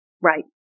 Right